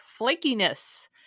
flakiness